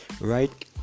Right